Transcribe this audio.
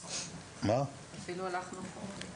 אפילו הלכנו אחורה.